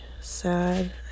sad